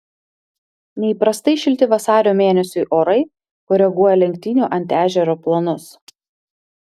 neįprastai šilti vasario mėnesiui orai koreguoja lenktynių ant ežero planus